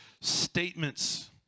statements